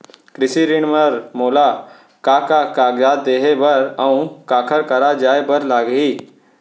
कृषि ऋण बर मोला का का कागजात देहे बर, अऊ काखर करा जाए बर लागही?